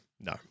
No